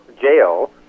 jail